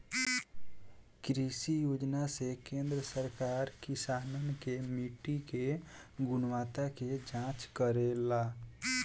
कृषि योजना से केंद्र सरकार किसानन के माटी के गुणवत्ता के जाँच करेला